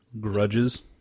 grudges